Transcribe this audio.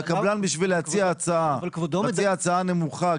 וקבלן בשביל להציע הצעה מציע הצעה נמוכה,